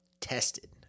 tested